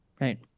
right